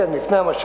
כן, לפני המשט,